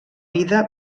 vida